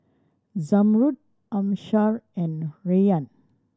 Zamrud Amsyar and Rayyan